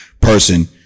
person